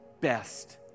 best